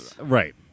Right